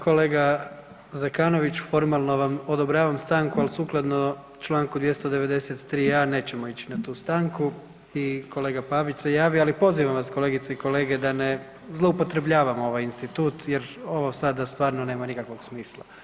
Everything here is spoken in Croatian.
kolega Zekanović, formalno vam odobravam stanku ali sukladno čl. 293 a) nećemo ići na tu stanku i kolega Pavić se javio ali pozivam vas kolegice i kolege da ne zloupotrebljavamo ovaj institut jer ovo sada stvarno nema nikakvog smisla.